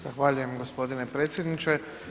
Zahvaljujem gospodine predsjedniče.